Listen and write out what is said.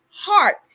heart